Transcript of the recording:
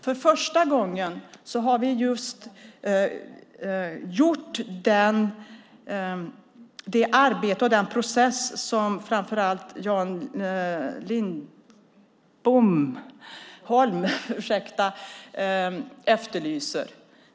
För första gången har vi gjort det arbete och åstadkommit den process som framför allt Jan Lindholm efterlyser.